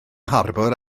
harbwr